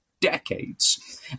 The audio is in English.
decades